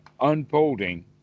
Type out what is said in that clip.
unfolding